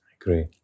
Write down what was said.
agree